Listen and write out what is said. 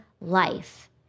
Life